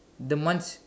the month